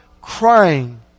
crying